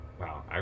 wow